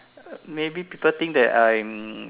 uh maybe people think that I'm